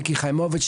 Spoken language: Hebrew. מיקי חיימוביץ',